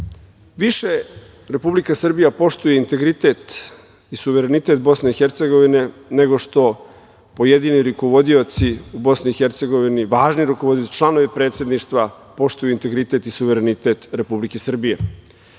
Republika Srbija poštuje integritet i suverenitet Bosne i Hercegovine, nego što pojedini rukovodioci u Bosni i Hercegovini, važni rukovodioci, članovi Predsedništva poštuju integritet i suverenitet Republike Srbije.